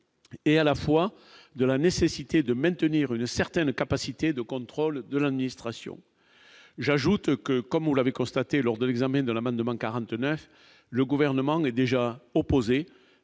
et à la fois de la nécessité de maintenir une certaine capacité de contrôle de l'administration, j'ajoute que, comme vous l'avez constaté lors de l'examen de l'amendement 49, le gouvernement n'est déjà opposé